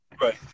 Right